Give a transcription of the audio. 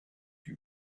you